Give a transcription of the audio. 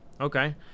okay